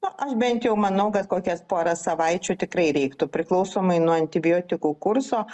nu aš bent jau manau kad kokias porą savaičių tikrai reiktų priklausomai nuo antibiotikų kurso